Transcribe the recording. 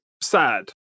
sad